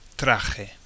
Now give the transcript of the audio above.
traje